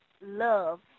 love